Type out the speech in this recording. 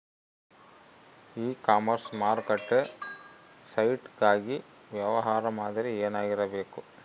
E commerce ಮಾರುಕಟ್ಟೆ site ಗಾಗಿ ವ್ಯವಹಾರ ಮಾದರಿ ಏನಾಗಿರಬೇಕು?